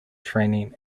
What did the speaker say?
training